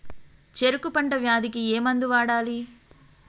చెరుకు పంట వ్యాధి కి ఏ మందు వాడాలి?